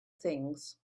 things